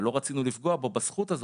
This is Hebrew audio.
ולא רצינו לפגוע בו בזכות הזאת,